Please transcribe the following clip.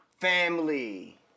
Family